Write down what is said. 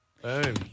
Boom